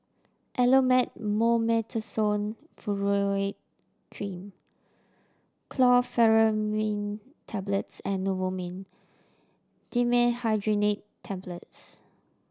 Elomet Mometasone Furoate Cream Chlorpheniramine Tablets and Novomin Dimenhydrinate Tablets